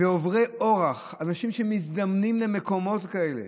בעוברי אורח, אנשים שמזדמנים למקומות כאלה